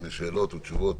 גם להישאר לשאלות ותשובות.